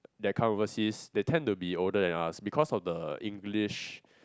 they come overseas they tend to be older than us because of the English